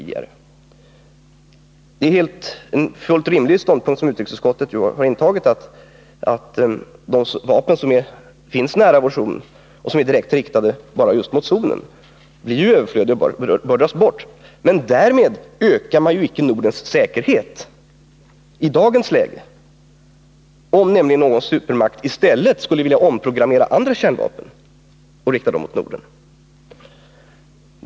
Det är i och för sig en fullt rimlig ståndpunkt som utrikesutskottet nu har intagit, när det säger att de vapen som finns nära vår zon och som är direkt riktade bara mot zonen blir överflödiga och bör dras bort. Men därmed ökar man icke Nordens säkerhet i dagens läge. En supermakt kan ju i stället omprogrammera andra kärnvapen och rikta dem mot Norden.